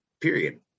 period